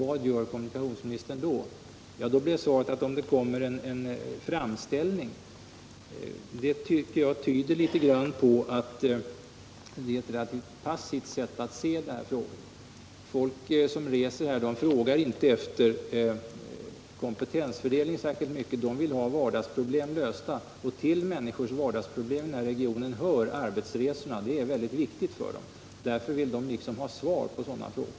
På det svarade kommunikationsministern att han kunde göra något bara om han får en framställning. Det tyder på ett relativt passivt sätt att se på frågan. Folk som reser på dessa linjer frågar inte särskilt mycket efter kompetensfördelningen. De vill ha vardagsproblem lösta, och till människors vardagsproblem i den här regionen hör arbetsresorna, som är väldigt viktiga för dem. Därför vill de ha svar på sådana frågor.